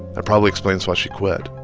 that probably explains why she quit